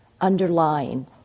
underlying